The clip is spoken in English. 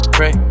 Pray